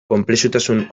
konplexutasun